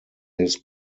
his